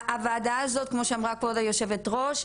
הוועדה הזאת כמו שאמרה כבוד היושבת ראש,